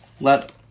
let